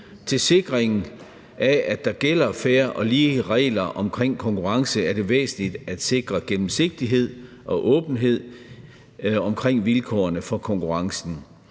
til sikring af, at der gælder fair og lige regler omkring konkurrence, er det væsentligt at sikre gennemsigtighed og åbenhed omkring vilkårene for konkurrencen.